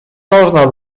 można